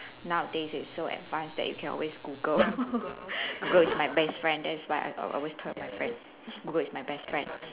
nowadays it's so advanced that you can always Google Google is my best friend that's why I al~ always tell my friend Google is my best friend